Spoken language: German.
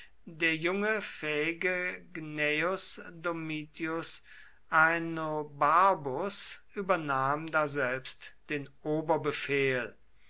der junge fähige gnaeus domitius ahenobarbus übernahm daselbst den